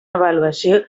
avaluació